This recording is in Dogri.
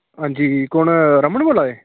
हां जी कुन्न रमन बोला दे